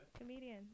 Comedian